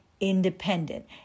independent